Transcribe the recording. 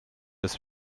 ist